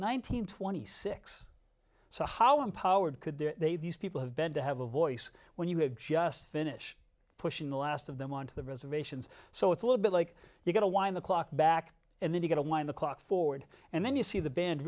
nineteen twenty six so how empowered could there these people have been to have a voice when you have just finish pushing the last of them on to the reservations so it's a little bit like you got to wind the clock back and then you get online the clock forward and then you see the band